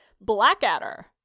Blackadder